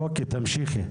אוקי תמשיכי.